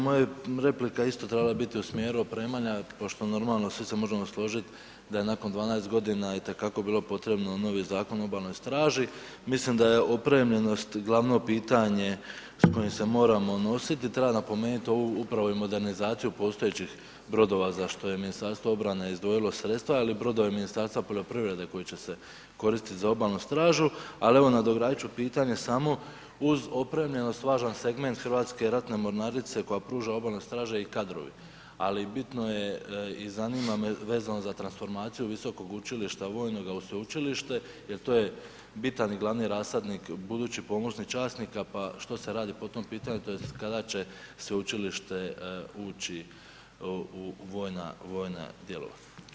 Moja replika je isto trebala biti u smjeru opremanja, pošto normalno svi se možemo složiti da je nakon 12 godina itekako bilo potrebno novi Zakon o obalnoj straži mislim da je opremljenost glavno pitanje s kojim se moramo nositi, treba napomenut ovu upravo i modernizaciju postojećih brodova za što je Ministarstvo obrane izdvojilo sredstvo jel brodovi Ministarstva poljoprivrede koji će se koristiti za obalnu stražu, al evo nadogradit ću pitanje samo uz opremljenost važan segment Hrvatske ratne mornarice koja pruža obalne straže i kadrovi, ali bitno je i zanima me vezano za transformaciju visokog učilišta vojnoga u sveučilište jer to je bitan i glavni rasadnik budućih pomorskih časnika, pa što se radi po tom pitanju tj. kada će sveučilište ući u vojna, vojna djelovanja?